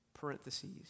Parentheses